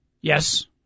Yes